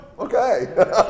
Okay